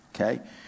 Okay